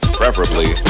preferably